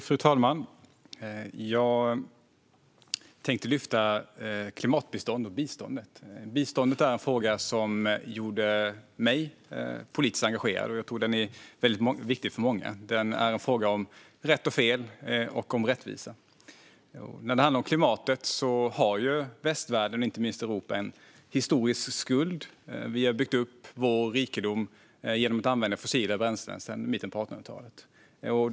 Fru talman! Jag tänkte lyfta klimatbiståndet och biståndet. Biståndet var en fråga som gjorde mig politiskt engagerad, och jag tror att den är väldigt viktig för många. Det är en fråga om rätt och fel och om rättvisa. När det handlar om klimatet har västvärlden, inte minst Europa, en historisk skuld. Vi har byggt upp vår rikedom genom att använda fossila bränslen sedan mitten på 1800-talet.